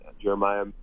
Jeremiah